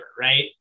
right